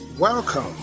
Welcome